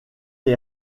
est